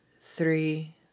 three